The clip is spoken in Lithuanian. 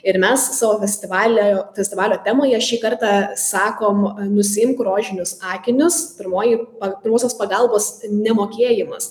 ir mes savo festivalio festivalio temoje šį kartą sakom nusiimk rožinius akinius pirmoji pa pirmosios pagalbos nemokėjimas